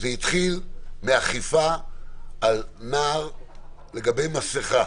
זה התחיל מאכיפה על נער לגבי מסכה.